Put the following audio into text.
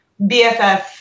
BFF